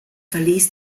verließ